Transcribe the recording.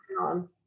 on